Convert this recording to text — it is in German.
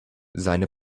seine